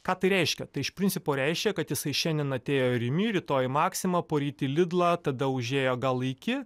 ką tai reiškia tai iš principo reiškia kad jisai šiandien atėjo rimi rytoj maxima poryt į lidlą tada užėjo gal į iki